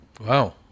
Wow